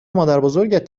مادربزرگت